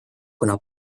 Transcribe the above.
kuna